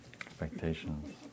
Expectations